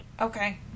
Okay